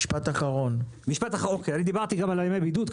משפט אחרון דיברתי גם על ימי הבידוד.